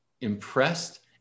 impressed